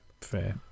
fair